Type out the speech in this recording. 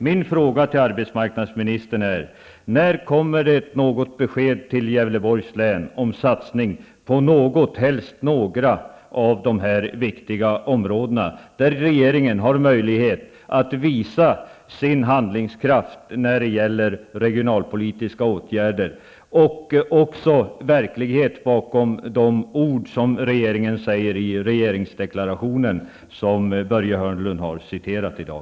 Min fråga till arbetsmarknadsministern är: När kommer det besked till Gävleborgs län om satsning på något, helst några, av dessa viktiga områden? Här har regeringen möjlighet att visa sin handlingskraft när det gäller regionalpolitiska åtgärder och sätta kraft bakom regeringens ord i regeringsdeklarationen, som ju Börje Hörnlund har citerat här i dag.